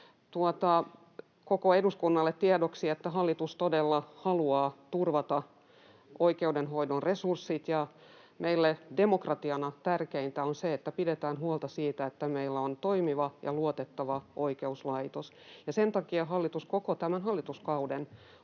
Koko eduskunnalle tiedoksi, että hallitus todella haluaa turvata oikeudenhoidon resurssit. Meille demokratiana tärkeintä on se, että pidetään huolta siitä, että meillä on toimiva ja luotettava oikeuslaitos, ja sen takia hallitus koko tämän hallituskauden